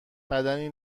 بدنی